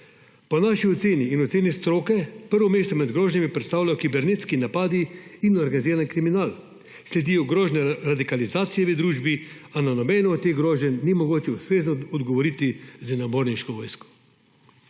Po naši oceni in oceni stroke prvo mesto med grožnjami predstavljajo kibernetski napadi in organizirani kriminal, sledijo grožnje radikalizacije v družbi, a na nobeno od teh groženj ni mogoče ustrezno odgovoriti z naborniško vojsko.